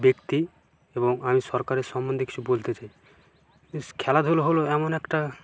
ব্যক্তি এবং আমি সরকারের সম্বন্ধে কিছু বলতে চাই ইস্ খেলাধুলো হলো এমন একটা